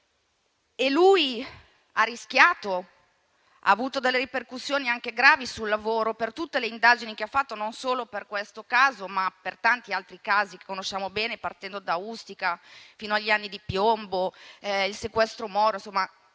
e lui ha rischiato e ha avuto delle ripercussioni gravi sul lavoro, per tutte le indagini che ha fatto non solo su questo caso, ma su tanti altri casi che conosciamo bene, partendo da Ustica fino agli anni di piombo e al sequestro Moro; insomma